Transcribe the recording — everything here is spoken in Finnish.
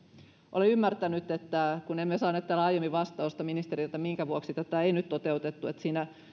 olen ymmärtänyt kun emme saaneet täällä aiemmin vastausta ministeriltä että minkä vuoksi tätä ei nyt toteutettu että siinä